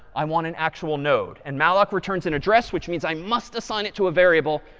i want an actual node. and malloc returns an address, which means i must assign it to a variable.